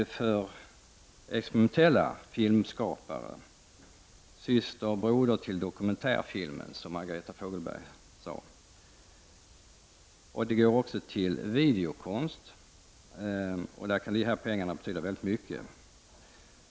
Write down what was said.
Det är för experimentella filmskapare — syster och broder till dokumentärfilm, som Margareta Fogelberg sade — och till videokonst som dessa pengar kan betyda mycket.